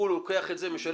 הוא לוקח את זה ומשלם,